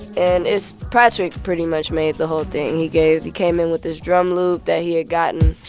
and it's patrick pretty much made the whole thing. he gave he came in with this drum loop that he had gotten.